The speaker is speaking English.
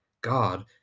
God